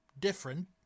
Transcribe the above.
different